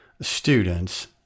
students